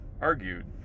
Argued